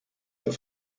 für